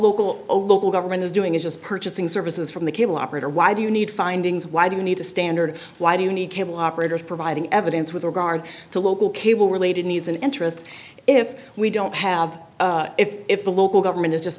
local a local government is doing is just purchasing services from the cable operator why do you need findings why do you need a standard why do you need cable operators providing evidence with regard to local cable related needs and interests if we don't have if the local government is just